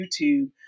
YouTube